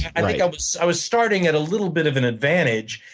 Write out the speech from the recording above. i think i was i was starting at a little bit of an advantage.